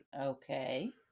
Okay